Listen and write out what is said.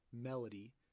melody